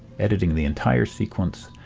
editing the entire sequence.